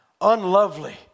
unlovely